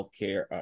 healthcare